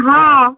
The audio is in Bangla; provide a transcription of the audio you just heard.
হাঁ